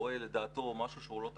רואה לדעתו משהו שהוא לא תקין,